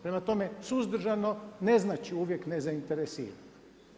Prema tome, suzdržano ne znači uvijek nezainteresiran.